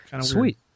Sweet